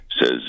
says